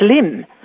slim